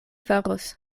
faros